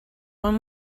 one